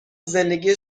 زندگی